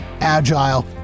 agile